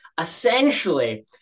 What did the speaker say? essentially